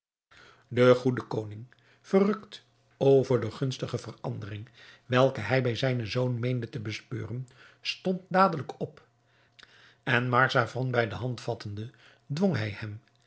de goede koning verrukt over de gunstige verandering welke hij bij zijnen zoon meende te bespeuren stond dadelijk op en marzavan bij de hand vattende dwong hij hem